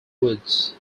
woods